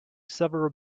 several